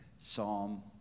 Psalm